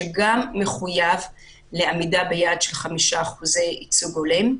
שגם מחויב לעמידה ביעד של 5% ייצוג הולם.